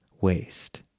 waste